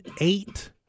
eight